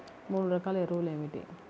మూడు రకాల ఎరువులు ఏమిటి?